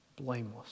blameless